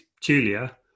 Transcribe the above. Julia